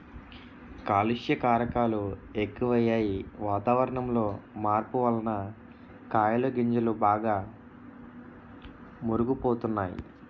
కాలుష్య కారకాలు ఎక్కువయ్యి, వాతావరణంలో మార్పు వలన కాయలు గింజలు బాగా మురుగు పోతున్నాయి